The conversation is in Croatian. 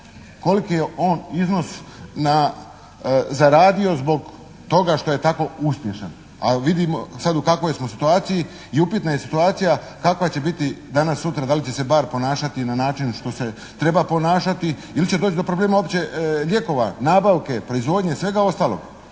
koliki je on iznos zaradio zbog toga što je tako uspješan, a vidimo sad u kakvoj smo situaciji i upitna je situacija kakva će biti danas, sutra, da li će se Barr ponašati na način što se treba ponašati ili će doći do problema uopće lijekova, nabavke, proizvodnje, svega ostalog.